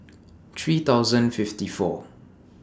three thousand fifty four